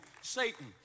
Satan